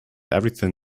everything